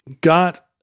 got